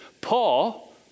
Paul